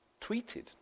tweeted